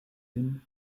hin